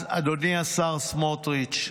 אז אדוני, השר סמוטריץ'